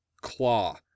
claw